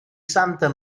santa